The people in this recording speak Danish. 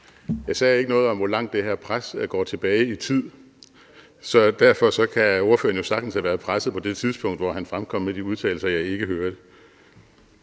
Jeg sagde ikke noget om, hvor langt det her pres går tilbage i tid. Så derfor kan ordføreren jo sagtens have været presset på det tidspunkt, hvor han fremkom med de udtalelser, jeg ikke hørte.